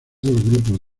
grupos